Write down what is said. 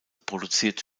produziert